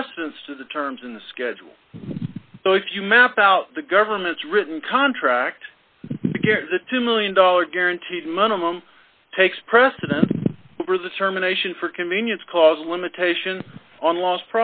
precedence to the terms in the schedule so if you map out the government's written contract the two million dollars guaranteed money takes precedence over the terminations for convenience cause limitation on lost